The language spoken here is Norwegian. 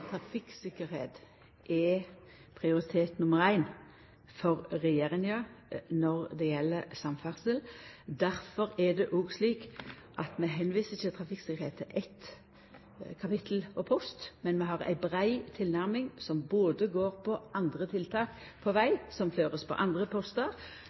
er prioritet nr. 1 for regjeringa når det gjeld samferdsel. Difor er det òg slik at vi viser ikkje trafikktryggleik til eitt kapittel og éin post. Men vi har ei brei tilnærming som går på andre tiltak på